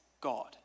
God